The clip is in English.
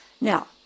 Now